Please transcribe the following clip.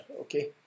Okay